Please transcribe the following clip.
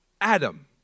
Adam